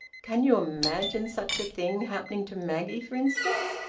can you imagine such a thing happening to maggie, for instance?